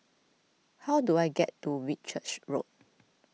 how do I get to Whitchurch Road